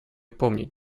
помнить